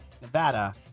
Nevada